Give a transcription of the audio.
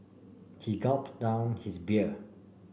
he gulp down his beer